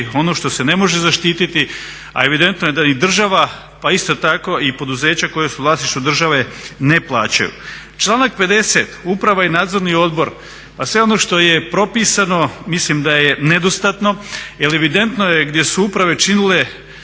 ono što se ne može zaštititi, a evidentno je da i država pa isto tako i poduzeća koja su u vlasništvu države ne plaćaju. Članak 50.uprava i nadzorni odbor, pa sve ono što je propisano mislim da je nedostatno jer evidentno gdje su uprave činile